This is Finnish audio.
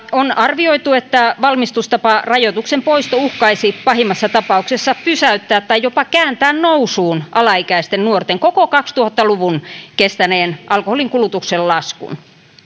on arvioitu että valmistustaparajoituksen poisto uhkaisi pahimmassa tapauksessa pysäyttää tai jopa kääntää nousuun alaikäisten nuorten koko kaksituhatta luvun kestäneen alkoholinkulutuksen laskun